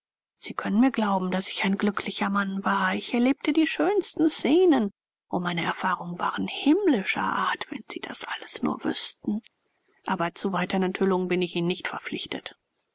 sie können mir glauben daß ich ein glücklicher mann war ich erlebte die schönsten scenen o meine erfahrungen waren himmlischer art wenn sie das alles nur wüßten aber zu weiteren enthüllungen bin ich ihnen nicht verpflichtet